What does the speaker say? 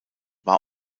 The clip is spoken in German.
war